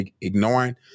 ignoring